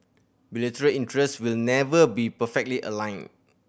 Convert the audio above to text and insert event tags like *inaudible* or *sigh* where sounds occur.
*unintelligible* interest will never be perfectly aligned